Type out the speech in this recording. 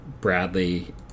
Bradley